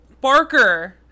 Barker